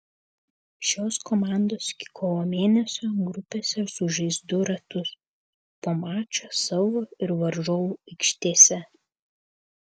šios komandos iki kovo mėnesio grupėse sužais du ratus po mačą savo ir varžovų aikštėse